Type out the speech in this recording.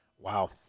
Wow